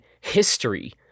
history